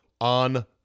on